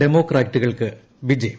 ഡെമോക്രാറ്റുകൾക്ക് വിജയം